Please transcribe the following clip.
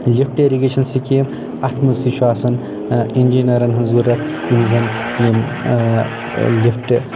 lift irrigation scheme اتھ منٛز تہِ چھُ آسان انجیٖنرن ہنٛز ضروٗرت یِم زن یِم لفٹہٕ